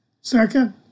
Second